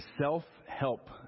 self-help